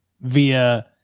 via